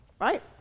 right